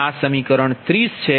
આ સમીકરણ 30 છે